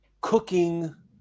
cooking